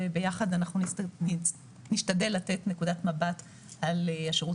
וביחד אנחנו נשתדל לתת נקודת מבט על השירות